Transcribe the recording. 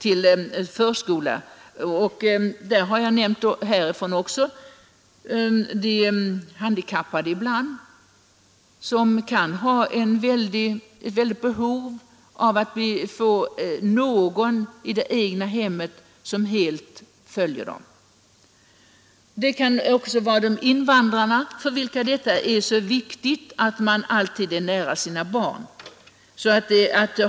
I det sammanhanget har jag, även från denna talarstol, nämnt de handikappade, som kan ha ett stort behov av att någon i det egna hemmet helt följer dem. Det kan också gälla invandrarna, för vilka det är så viktigt att alltid vara nära sina barn.